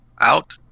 out